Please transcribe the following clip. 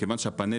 כיוון שהפאנלים